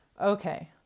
okay